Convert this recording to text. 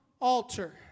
altar